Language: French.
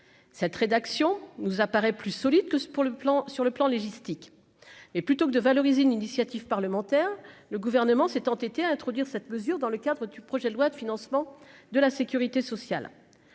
cette rédaction nous apparaît plus solide que pour le plan sur le plan logistique et plutôt que de valoriser une initiative parlementaire, le gouvernement s'est entêté à introduire cette mesure dans le cadre du projet de loi de financement de la Sécurité sociale,